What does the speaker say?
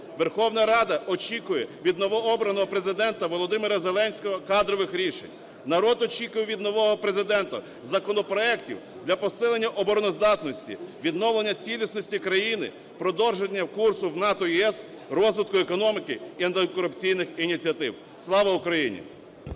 Верховна Рада очікує від новообраного Президента Володимира Зеленського кадрових рішень. Народ очікує від нового Президента законопроектів для посилення обороноздатності, відновлення цілісності країни, продовження курсу в НАТО і ЄС, розвитку економіки і антикорупційних ініціатив. Слава Україні!